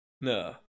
No